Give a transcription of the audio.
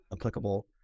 applicable